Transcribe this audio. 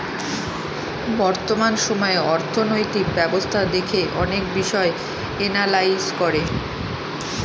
বর্তমান সময়ে অর্থনৈতিক ব্যবস্থা দেখে অনেক বিষয় এনালাইজ করে